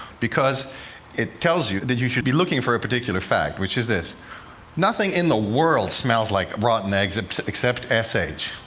because it tells you that you should be looking for a particular fact, which is this nothing in the world smells like rotten eggs except s h,